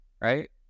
right